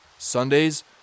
Sundays